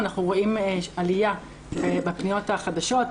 אנחנו רואים עלייה בפניות החדשות,